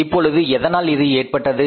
இப்பொழுது எதனால் இது ஏற்பட்டது